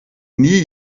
nie